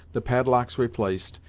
the padlocks replaced,